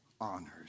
honors